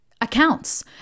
accounts